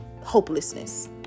hopelessness